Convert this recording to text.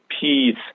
peace